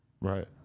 right